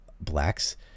blacks